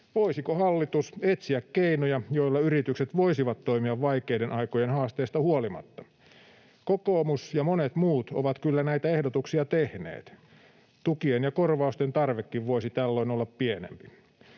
Voisiko hallitus etsiä keinoja, joilla yritykset voisivat toimia vaikeiden aikojen haasteista huolimatta? Kokoomus ja monet muut ovat kyllä näitä ehdotuksia tehneet. Tukien ja korvausten tarvekin voisi tällöin olla pienempi.